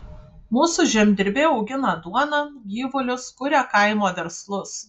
mūsų žemdirbiai augina duoną gyvulius kuria kaimo verslus